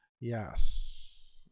Yes